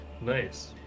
Nice